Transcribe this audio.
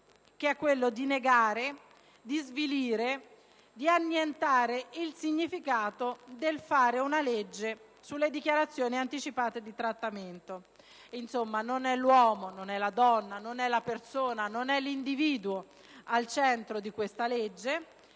l'obiettivo di negare, svilire e annientare il significato del fare una legge sulle dichiarazioni anticipate di trattamento. Non è, insomma, l'uomo, la donna, la persona o l'individuo al centro di questa legge,